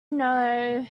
know